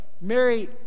mary